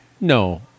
No